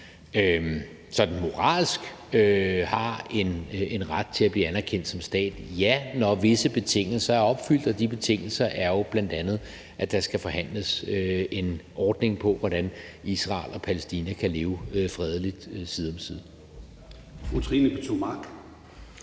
sådan moralsk har en ret til at blive anerkendt som stat, vil jeg sige, at ja, når visse betingelser er opfyldt. De betingelser er jo bl.a., at der skal forhandles en ordning for, hvordan Israel og Palæstina kan leve fredeligt side om side.